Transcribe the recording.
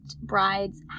brides